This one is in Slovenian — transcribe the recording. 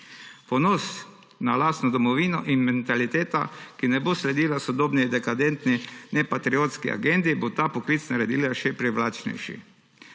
Ponos na lastno domovino in mentaliteta, ki ne bo sledila sodobni dekadentni, nepatriotski agendi, bosta ta poklic naredila še privlačnejši.